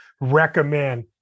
recommend